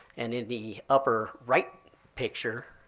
and in the upper right picture